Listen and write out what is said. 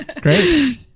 great